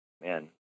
man